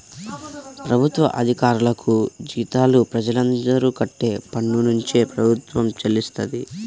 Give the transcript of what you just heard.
ప్రభుత్వ అధికారులకు జీతాలు ప్రజలందరూ కట్టే పన్నునుంచే ప్రభుత్వం చెల్లిస్తది